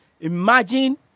Imagine